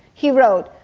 he wrote,